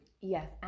Yes